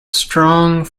strong